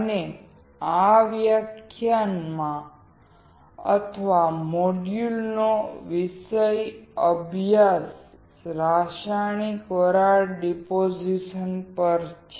હવે આ વ્યાખ્યાન અથવા મોડ્યુલનો વિષય રાસાયણિક વરાળ ડિપોઝિશન પર છે